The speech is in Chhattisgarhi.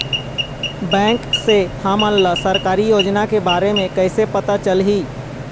बैंक से हमन ला सरकारी योजना के बारे मे कैसे पता चलही?